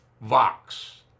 Vox